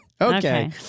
Okay